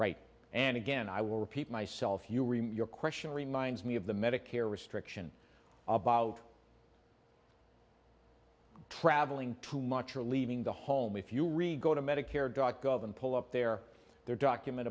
right and again i will repeat myself you remove your question reminds me of the medicare restriction about traveling too much or leaving the home if you really go to medicare dot gov and pull up their their document